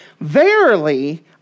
verily